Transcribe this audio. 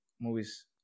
Movies